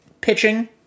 pitching